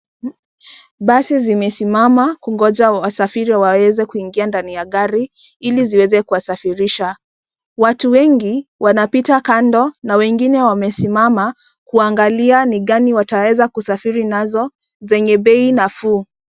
Basi zimesimama kungoja wasafiri waweze kuingia ndani ya gari ili ziweze kuwasafirisha. Watu wengi wanapita kando na wengine wamesimama kuangalia ni gani wataweza kusafiri nazo zenye bei nafuu.